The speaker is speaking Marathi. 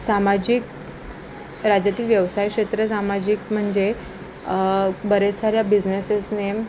सामाजिक राज्यातील व्यवसाय क्षेत्र सामाजिक म्हणजे बरेच साऱ्या बिझनेसेसने